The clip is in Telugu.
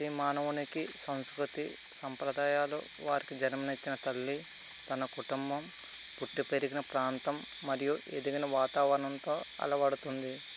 ప్రతి మానవునికి సంస్కృతి సాంప్రదాయాలు వారికి జన్మనిచ్చిన తల్లి తన కుటుంబం పుట్టి పెరిగిన ప్రాంతం మరియు ఎదిగిన వాతావరణంతో అలవడుతుంది